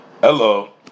Hello